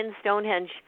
Stonehenge